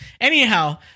Anyhow